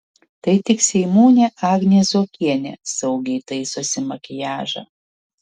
tai tik seimūnė agnė zuokienė saugiai taisosi makiažą